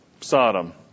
Sodom